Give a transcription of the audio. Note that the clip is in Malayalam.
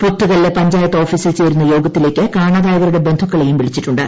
പോത്തുകല്ല് പഞ്ചായത്ത് ഓഫിസിൽ ചേരുന്ന യോഗത്തിലേക്ക് കാണാതായുവരുടെ ബന്ധുക്കളെയും വിളിച്ചിട്ടുണ്ട്